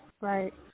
right